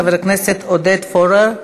חבר הכנסת עודד פורר,